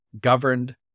governed